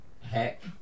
Heck